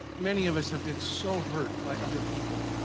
many of us have been so hurt by other people,